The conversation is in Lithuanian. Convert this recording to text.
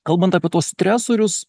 kalbant apie tuos stresorius